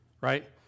right